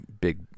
big